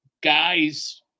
guys